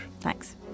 Thanks